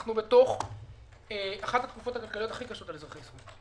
אנחנו בתוך אחת התקופות הכלכליות הכי קשות על אזרחי ישראל,